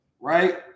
Right